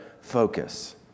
focus